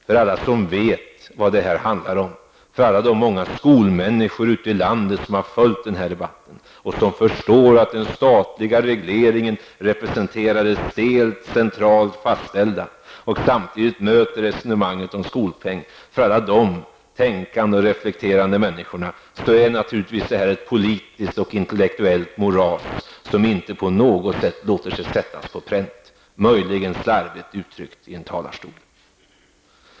För alla som vet vad det handlar om, för alla de många skolmänniskor ute i landet som har följt den här debatten och som förstår att den statliga regleringen representerar det stelt centralt fastställda och samtidigt möter resonemanget om en skolpeng, för alla dessa tänkande och reflekterande människor, är naturligtvis detta ett politiskt och intellektuellt moras, som inte på något sätt låter sig sättas på pränt, möjligen slarvigt uttryckas i en talarstol.